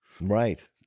right